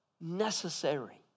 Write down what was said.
necessary